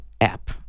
app